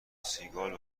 سیگال